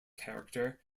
character